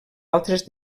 altres